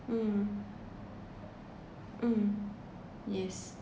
mm mm yes